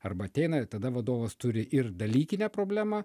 arba ateina tada vadovas turi ir dalykinę problemą